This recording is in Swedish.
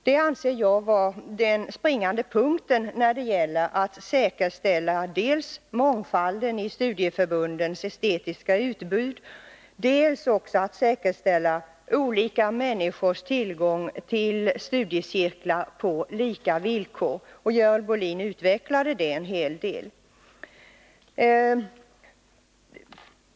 Det anser jag vara den springande punkten när det gäller dels att säkerställa mångfalden av studieförbundens estetiska utbud, dels också att säkerställa olika människors tillgång till studiecirklar på lika villkor. Görel Bohlin utvecklade detta en hel del.